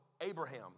Abraham